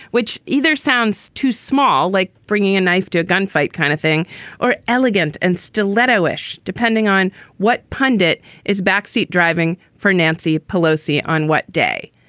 which either sounds too small, like bringing a knife to a gunfight kind of thing or elegant and stiletto ish, depending on what pundit is backseat driving for nancy pelosi on what day.